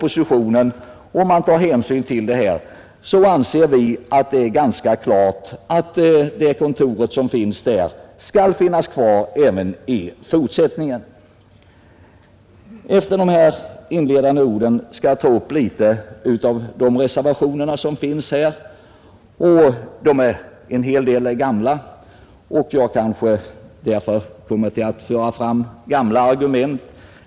Men om man tar hänsyn till skrivningen i propositionen, anser vi det ganska klart att det kontor som finns i min hembygd skall finnas kvar även i fortsättningen. Efter dessa inledande ord skall jag något ta upp de reservationer som här finns. En del är gamla. Jag kanske därför kommer att föra fram gamla argument.